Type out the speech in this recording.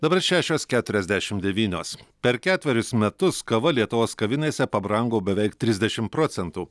dabar šešios keturiasdešim devynios per ketverius metus kava lietuvos kavinėse pabrango beveik trisdešim procentų